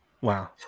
Wow